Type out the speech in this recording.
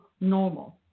normal